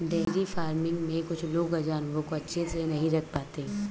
dairy farming में कुछ लोग जानवरों को अच्छे से नहीं रख पाते